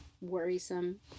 worrisome